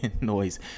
noise